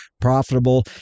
profitable